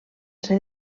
ser